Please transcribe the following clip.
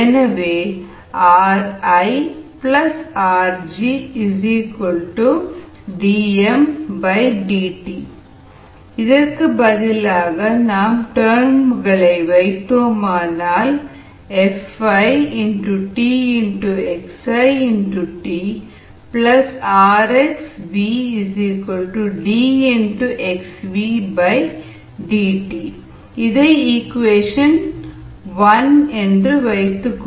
எனவே ri rg dmdt பதிலாக terms வைத்தால் FitxitrxVddt FitxitrxVxddtVddt